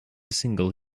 single